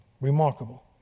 Remarkable